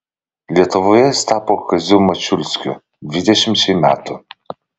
lietuvoje jis tapo kaziu mačiulskiu dvidešimčiai metų